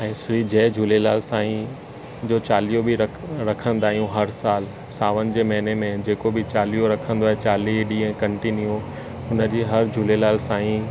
ऐं श्री जय झूलेलाल साईं जो चालीहो बि रख रखंदा आहियूं हर सालु सावण जे महीने में जेको बि चालीहो रखंदो आहे चालीह ॾींहं कंटिन्यू हुनजी हर झूलेलाल साईं